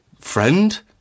friend